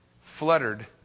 Fluttered